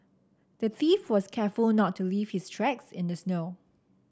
the thief was careful not to leave his tracks in the snow